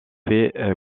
fait